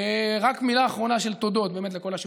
ורק מילה אחרונה של תודות לכל השותפים,